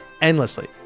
endlessly